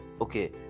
okay